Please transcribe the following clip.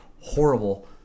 horrible